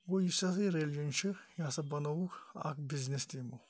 گوٚو یُس ہَسا یہِ ریٚلجَن چھُ یہِ ہَسا بَنووُکھ اَکھ بِزنِس تہٕ یِمو